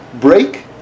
break